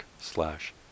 slash